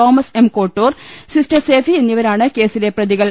Thomas M Kottoor sister Sephy എന്നിവരാണ് കേസിലെ പ്രതികൾ